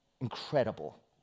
incredible